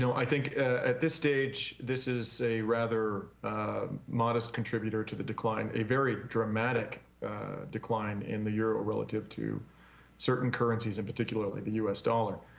so i think at this stage this is a rather modest contributor to the decline, a very dramatic decline in the euro relative to certain currencies, and particularly the u s. dollar.